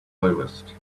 playlist